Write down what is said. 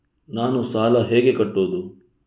ನಾನು ಸಾಲ ಹೇಗೆ ಕಟ್ಟುವುದು?